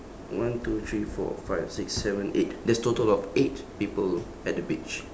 one two three four five six seven eight there's total of eight people at the beach